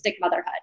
Motherhood